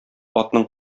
атның